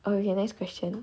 okay next question